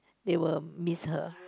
they were miss her